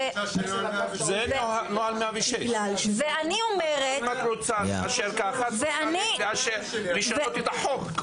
זה נוהל 106. למה את רוצה לשנות את החוק.